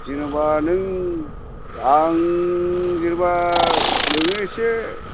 जेनेबा नों आं जेनेबा नोंनो एसे